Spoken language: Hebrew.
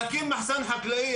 להקים מחסן חקלאי,